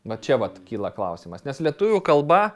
va čia vat kyla klausimas nes lietuvių kalba